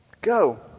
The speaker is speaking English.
Go